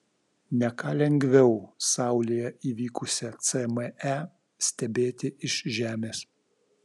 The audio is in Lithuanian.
ne ką lengviau saulėje įvykusią cme stebėti iš žemės